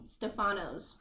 Stefanos